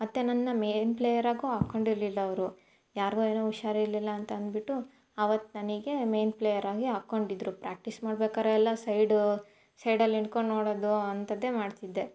ಮತ್ತು ನನ್ನ ಮೇಯ್ನ್ ಪ್ಲೇಯರಾಗೂ ಹಾಕ್ಕೊಂಡಿರ್ಲಿಲ್ಲ ಅವರು ಯಾರಿಗೋ ಏನೋ ಹುಷಾರಿರ್ಲಿಲ್ಲ ಅಂತ ಅನ್ಬಿಟ್ಟು ಆವತ್ತು ನನಗೆ ಮೇಯ್ನ್ ಪ್ಲೇಯರಾಗಿ ಹಾಕ್ಕೊಂಡಿದ್ರು ಪ್ರ್ಯಾಕ್ಟೀಸ್ ಮಾಡ್ಬೇಕಾದ್ರೆಲ್ಲ ಸೈಡು ಸೈಡಲ್ಲಿ ನಿಂತ್ಕೊಂಡು ನೋಡೋದು ಅಂಥದ್ದೇ ಮಾಡ್ತಿದ್ದೆ